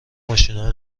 ماشینای